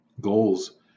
goals